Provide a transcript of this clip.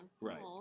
right